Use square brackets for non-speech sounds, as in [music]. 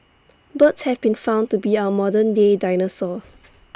birds have been found to be our modern day dinosaurs [noise]